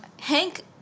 Hank